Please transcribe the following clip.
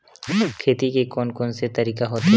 खेती के कोन कोन से तरीका होथे?